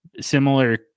similar